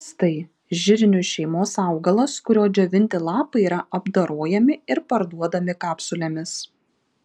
kas tai žirnių šeimos augalas kurio džiovinti lapai yra apdorojami ir parduodami kapsulėmis